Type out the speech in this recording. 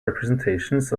representations